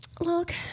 Look